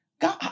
God